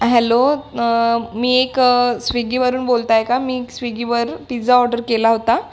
hello मी एक स्विगीवरून बोलत आहे का मी एक स्विगीवर पिझ्झा ऑड्डर केला होता